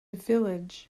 village